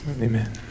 Amen